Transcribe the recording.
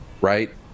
right